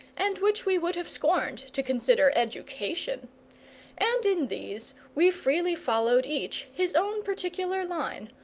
and which we would have scorned to consider education and in these we freely followed each his own particular line,